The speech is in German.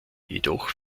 jedoch